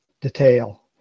detail